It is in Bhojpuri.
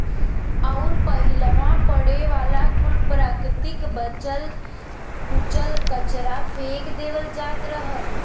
अउर पहिलवा पड़े वाला कुल प्राकृतिक बचल कुचल कचरा फेक देवल जात रहल